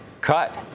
cut